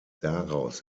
daraus